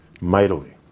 mightily